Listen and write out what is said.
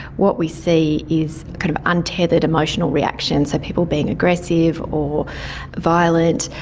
what we see is kind of untethered emotional reactions, so people being aggressive or violent,